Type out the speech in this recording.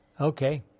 Okay